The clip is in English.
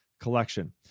collection